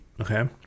Okay